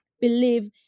believe